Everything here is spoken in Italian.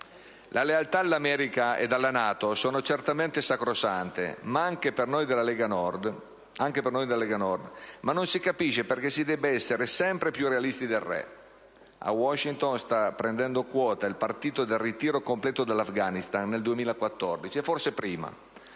La lealtà all'America ed alla NATO sono certamente sacrosante, anche per noi della Lega Nord, ma non si capisce perché si debba sempre essere più realisti del re. A Washington sta prendendo quota il partito del ritiro completo dall'Afghanistan nel 2014, e forse prima.